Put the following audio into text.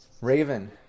Raven